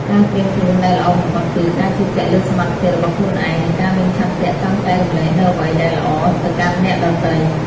ការត្រៀមខ្លួនដែលល្អបំផុតគឺ ការជឿជាក់លើសមត្ថភាពរបស់ខ្លួនឯង និងការមានឆន្ទៈចង់ចែករំលែកនូវអ្វីដែលល្អទៅកាន់អ្នកដទៃ។